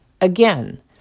Again